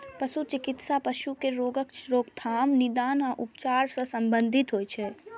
पशु चिकित्सा पशु केर रोगक रोकथाम, निदान आ उपचार सं संबंधित होइ छै